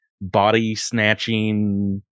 body-snatching